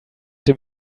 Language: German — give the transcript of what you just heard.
dem